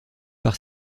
par